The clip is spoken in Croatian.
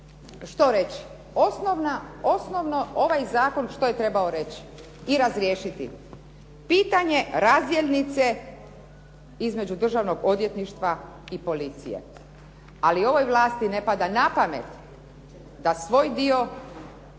što reći? Osnovno ovaj zakon što je trebao reći i razriješiti? Pitanje razdjelnice između državnog odvjetništva i policije, ali ovoj vlasti ne pada na pamet da svoj dio